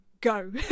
Go